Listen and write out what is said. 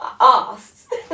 asked